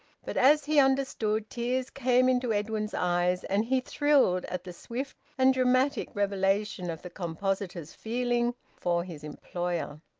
but as he understood, tears came into edwin's eyes, and he thrilled at the swift and dramatic revelation of the compositor's feeling for his employer.